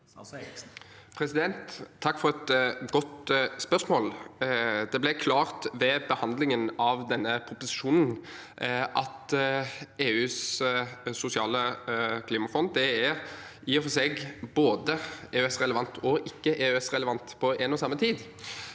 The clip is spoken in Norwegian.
Takk for et godt spørsmål. Det ble klart ved behandlingen av denne proposisjonen at EUs sosiale klimafond i og for seg er både EØSrelevant og ikke EØS-relevant på én og samme tid.